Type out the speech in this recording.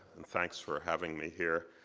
and thanks for having me here.